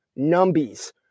numbies